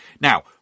Now